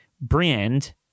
brand